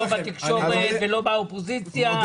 לא בתקשורת ולא באופוזיציה ולא בכלום.